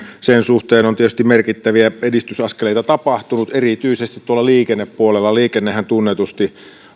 sen suhteen on tietysti merkittäviä edistysaskeleita tapahtunut erityisesti liikennepuolella liikennehän tunnetusti